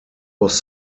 was